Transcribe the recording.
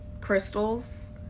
crystals